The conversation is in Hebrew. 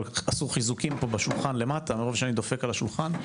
אבל עשו חיזוקים פה בשולחן למטה מרוב שאני דופק על השולחן.